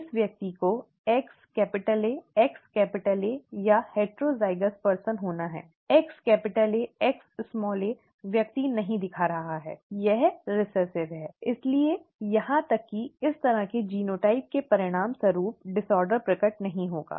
इस व्यक्ति को XAXA या हेटरोज़ाइगस व्यक्ति होना है XAXa व्यक्ति नहीं दिखा रहा है यह रिसेसिव है इसलिए यहां तक कि इस तरह के जीनोटाइप के परिणामस्वरूप डिसऑर्डर प्रकट नहीं होगा